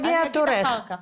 אני אגיד אחר כך.